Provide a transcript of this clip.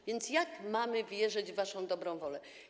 A więc jak mamy wierzyć w waszą dobrą wolę?